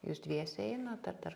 jūs dviese einat ar dar